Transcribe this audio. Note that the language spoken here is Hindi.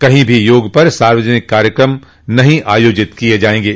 कहीं भी योग पर सार्वजनिक कार्यक्रम नहीं आयोजित किये जायेंगे